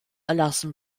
erlassen